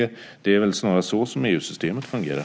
Det är väl snarast så EU-systemet fungerar.